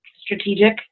strategic